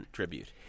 tribute